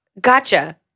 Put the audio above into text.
Gotcha